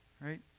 Right